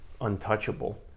Untouchable